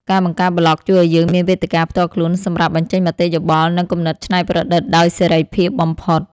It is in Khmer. ការបង្កើតប្លក់ជួយឱ្យយើងមានវេទិកាផ្ទាល់ខ្លួនសម្រាប់បញ្ចេញមតិយោបល់ និងគំនិតច្នៃប្រឌិតដោយសេរីភាពបំផុត។